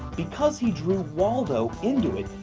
because he drew waldo into it,